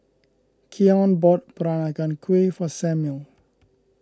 Keion bought Peranakan Kueh for Samuel